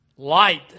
Light